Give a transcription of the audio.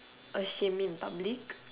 ashame me in public